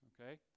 Okay